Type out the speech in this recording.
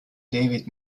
david